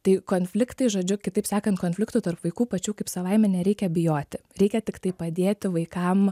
tai konfliktai žodžiu kitaip sakant konfliktų tarp vaikų pačių kaip savaime nereikia bijoti reikia tiktai padėti vaikam